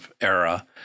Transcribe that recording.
era